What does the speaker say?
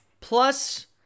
Plus